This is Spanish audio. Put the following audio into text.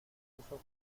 esos